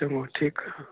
चङो ठीकु आहे